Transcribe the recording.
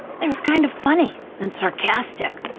they were kind of funny and sarcastic.